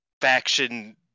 faction